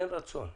אין רצון.